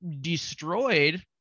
destroyed